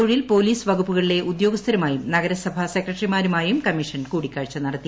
തൊഴിൽ പോലീസ് വകുപ്പുകളിലെ ഉദ്യോഗസ്ഥരുമായും നഗരസഭാ സെക്രട്ടറിമാരുമായും കമ്മിഷൻ കൂടിക്കാഴ്ച നടത്തി